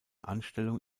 anstellung